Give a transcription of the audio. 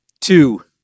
two